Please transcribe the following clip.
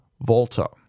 Volta